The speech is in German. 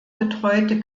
betreute